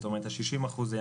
זאת אומרת ה-60 אחוזים,